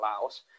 allows